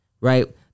Right